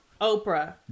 oprah